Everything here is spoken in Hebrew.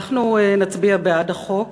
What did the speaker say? אנחנו נצביע בעד החוק